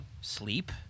sleep